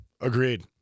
agreed